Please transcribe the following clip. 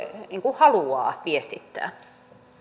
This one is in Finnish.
haluaa viestittää